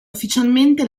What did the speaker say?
ufficialmente